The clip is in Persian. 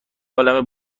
عالمه